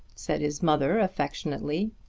said his mother affectionately.